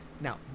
Now